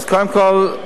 אז קודם כול,